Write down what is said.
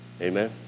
Amen